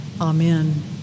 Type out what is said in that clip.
Amen